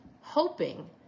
hoping